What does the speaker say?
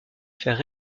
faire